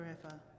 forever